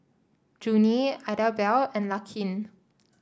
Junie Idabelle and Laken